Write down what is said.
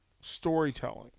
storytelling